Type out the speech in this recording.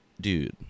dude